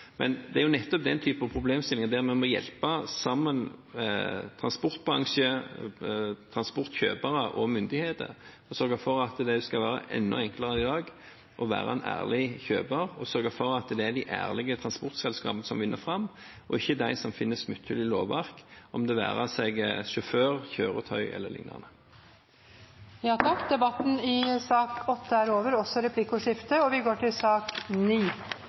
Det er nettopp i den type problemstillinger vi må hjelpe: Transportbransje, transportkjøpere og myndigheter må sammen sørge for at det skal være enda enklere i dag å være en ærlig kjøper, og sørge for at det er de ærlige transportselskapene som vinner fram, og ikke de som finner smutthull i lovverket, det være seg sjåfør, kjøretøy eller lignende. Replikkordskiftet er omme. Flere har ikke bedt om ordet til sak nr. 8. Etter ønske fra arbeids- og